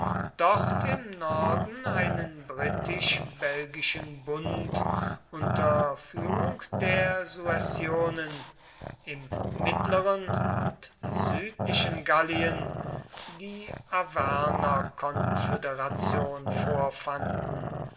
dort im norden einen britisch belgischen bund unter führung der suessionen im mittleren und südlichen gallien die arvernerkonföderation vorfanden